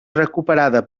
recuperada